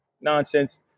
nonsense